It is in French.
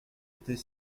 était